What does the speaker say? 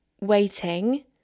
waiting